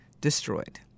destroyed